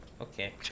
okay